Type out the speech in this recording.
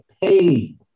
paid